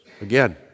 Again